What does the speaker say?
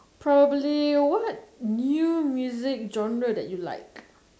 probably what new music genre that you like